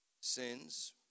sins